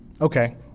okay